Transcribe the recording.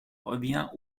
revient